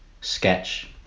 sketch